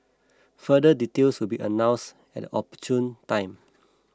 further details will be announced at an opportune time